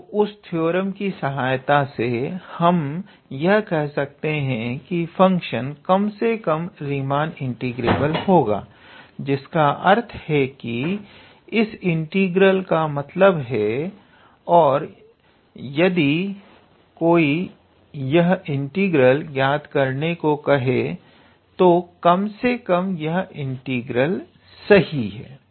तो उस थ्योरम की सहायता से हम यह कह सकते हैं की फंक्शन कम से कम रीमान इंटीग्रेबल होगा जिसका अर्थ है कि इस इंटीग्रल का मतलब हैं और यदि कोई यह इंटीग्रल ज्ञात करने को कहें तो कम से कम यह इंटीग्रल सही है